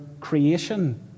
creation